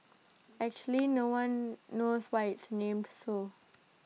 actually no one knows why IT is named so